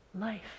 life